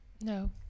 No